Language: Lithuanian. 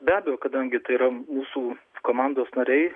be abejo kadangi tai yra mūsų komandos nariai